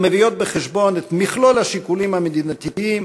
המביאות בחשבון את מכלול השיקולים המדינתיים,